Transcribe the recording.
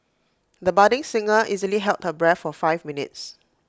the budding singer easily held her breath for five minutes